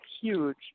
huge